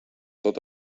tot